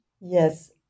Yes